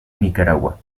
nicaragua